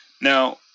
now